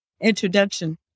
introduction